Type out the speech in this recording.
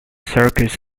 circus